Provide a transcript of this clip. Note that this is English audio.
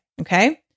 okay